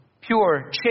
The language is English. pure